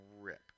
rip